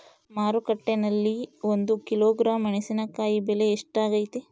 ಮಾರುಕಟ್ಟೆನಲ್ಲಿ ಒಂದು ಕಿಲೋಗ್ರಾಂ ಮೆಣಸಿನಕಾಯಿ ಬೆಲೆ ಎಷ್ಟಾಗೈತೆ?